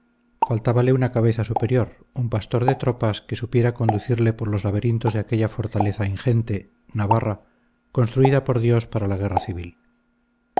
extensión faltábale una cabeza superior un pastor de tropas que supiera conducirle por los laberintos de aquella fortaleza ingente navarra construida por dios para la guerra civil